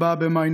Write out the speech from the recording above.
4 במאי,